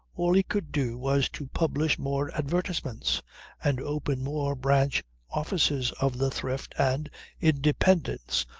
all he could do was to publish more advertisements and open more branch offices of the thrift and independence,